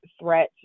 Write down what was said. threat